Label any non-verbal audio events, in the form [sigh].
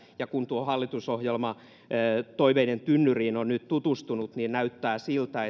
ja kun tuohon hallitusohjelmatoiveiden tynnyriin on nyt tutustunut niin näyttää siltä [unintelligible]